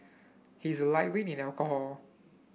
he is a lightweight in alcohol